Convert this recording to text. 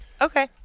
Okay